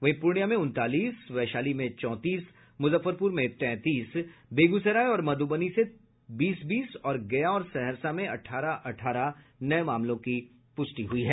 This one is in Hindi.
वहीं पूर्णिया में उनतालीस वैशाली में चौंतीस मुजफ्फरपुर में तैंतीस बेगूसराय और मधुबनी से बीस बीस और गया और सहरसा में अठारह अठारह नये मामलों की पुष्टि हुई है